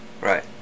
Right